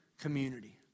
community